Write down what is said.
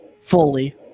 Fully